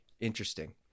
interesting